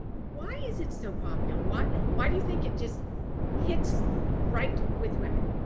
why is it so popular? why why do you think it just hits right with women?